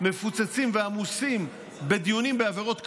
מפוצצים ועמוסים בדיונים בעבירות קלות,